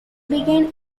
began